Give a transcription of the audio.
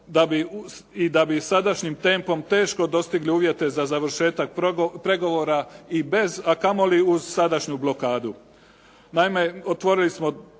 i da bi sadašnjim tempom teško dostigli uvjete za završetak pregovora i bez, a kamo li uz sadašnju blokadu.